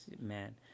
man